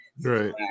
Right